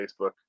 facebook